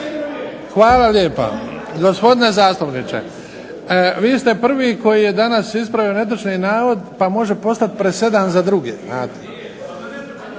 Hvala lijepa. Gospodine zastupniče vi ste prvi koji je danas ispravio netočni navod pa može postati presedan za druge,